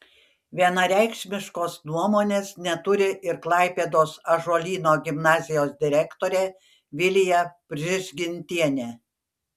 vienareikšmiškos nuomonės neturi ir klaipėdos ąžuolyno gimnazijos direktorė vilija prižgintienė